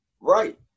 Right